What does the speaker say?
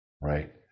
right